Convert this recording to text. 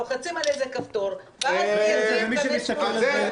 לוחצים על איזה כפתור ואז הוא מגיש 500 הסתייגויות.